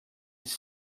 this